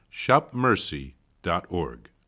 shopmercy.org